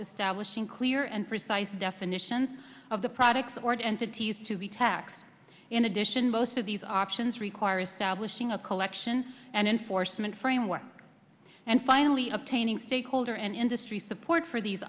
establishing clear and precise definitions of the products or entities to be taxed in addition both of these options require establishing a collection and enforcement framework and finally obtaining stakeholder and industry support for these